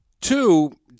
Two